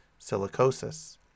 silicosis